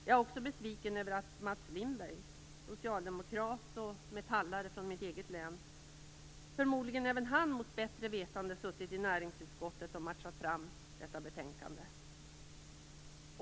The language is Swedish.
Jag är också besviken över att Mats Lindberg, socialdemokrat och metallare från mitt hemlän - förmodligen även han mot bättre vetande - suttit med i näringsutskottet och matchat fram detta betänkande.